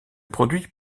produit